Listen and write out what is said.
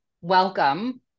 welcome